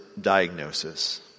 diagnosis